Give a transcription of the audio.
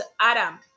Adam